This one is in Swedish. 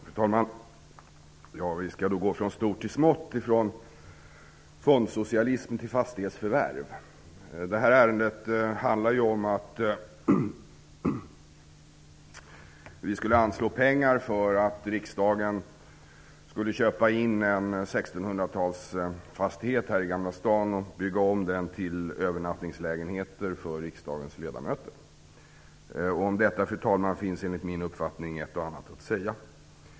Fru talman! Vi skall nu gå från stort till smått, från fondsocialism till fastighetsförvärv. Detta ärende handlar om att vi skall anslå pengar för att riksdagen skall köpa en 1600-talsfastighet i Gamla stan och bygga om den till övernattningslägenheter för riksdagens ledamöter. Om detta finns ett och annat att säga, fru talman.